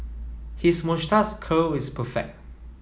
his moustache curl is perfect